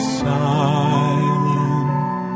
silent